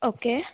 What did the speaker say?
okay